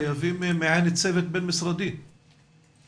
אני מבין שחייבים מעין צוות בין-משרדי שיסתכל